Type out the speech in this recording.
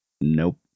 nope